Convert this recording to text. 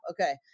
okay